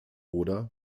oder